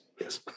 Yes